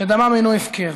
שדמם אינו הפקר.